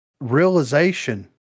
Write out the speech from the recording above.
realization